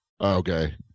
Okay